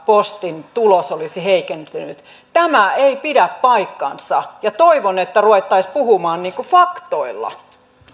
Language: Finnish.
postin tulos olisi heikentynyt tämä ei pidä paikkaansa ja toivon että ruvettaisiin puhumaan niin kuin faktoilla